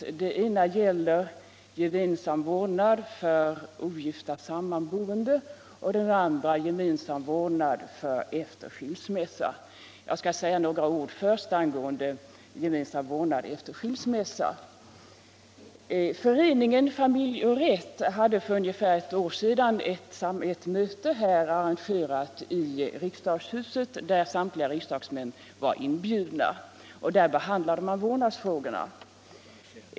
I det ena fallet gäller det gemensam vårdnad för ogifta sammanboende och i det andra gemensam vårdnad efter skilsmässa. Jag skall först säga några ord om gemensam vårdnad efter skilsmässa. Föreningen Familj och rätt arrangerade här i huset för ungefär ett år sedan ett möte till vilket samtliga riksdagsmän var inbjudna. Där behandlade man vårdnadsfrågorna.